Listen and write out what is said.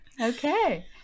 Okay